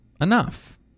enough